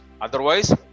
otherwise